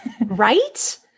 Right